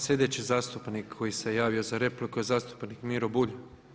Sljedeći zastupnik koji se javio za repliku je zastupnik Miro Bulj.